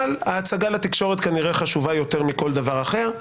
אבל ההצגה לתקשורת כנראה חשובה יותר מכל דבר אחר.